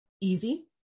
easy